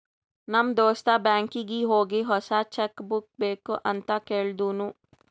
ನಮ್ ದೋಸ್ತ ಬ್ಯಾಂಕೀಗಿ ಹೋಗಿ ಹೊಸಾ ಚೆಕ್ ಬುಕ್ ಬೇಕ್ ಅಂತ್ ಕೇಳ್ದೂನು